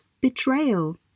betrayal